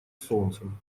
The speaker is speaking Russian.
солнцем